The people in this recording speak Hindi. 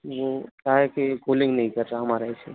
वो क्या हे की कूलिङ्ग नही कर रहा हमारा ए सी